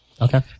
Okay